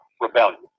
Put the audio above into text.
rebellion